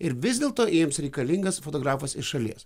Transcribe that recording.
ir vis dėlto jiems reikalingas fotografas iš šalies